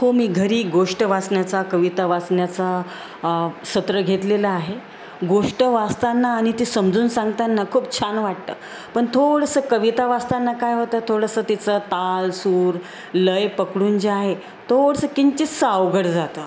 हो मी घरी गोष्ट वाचण्याचा कविता वाचण्याचा सत्र घेतलेला आहे गोष्ट वाचताना आणि ते समजून सांगताना खूप छान वाटतं पण थोडंसं कविता वाचताना काय होतं थोडंसं तिचं ताल सूर लय पकडून जे आहे थोडसं किंचितसं अवघड जातं